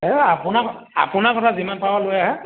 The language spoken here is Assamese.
এই আপোনাক আপোনাৰ কথা যিমান পাৰে লৈ আহে